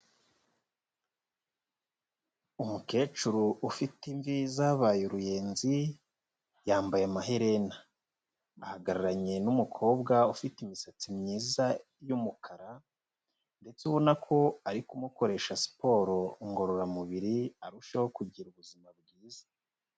Umukecuru ufite imvi zabaye uruyenzi, yambaye amaherena, ahagararanye n'umukobwa ufite imisatsi myiza y'umukara ndetse ubona ko ari kumukoresha siporo ngororamubiri arusheho kugira ubuzima bwiza.